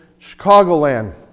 Chicagoland